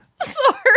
Sorry